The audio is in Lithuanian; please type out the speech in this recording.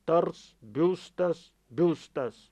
tars biustas biustas